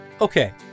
Okay